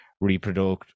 reproduce